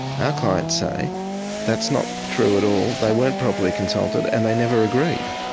our clients say that's not true at all, they weren't properly consulted, and they never agreed.